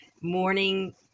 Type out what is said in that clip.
morning